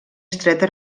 estreta